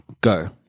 Go